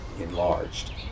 enlarged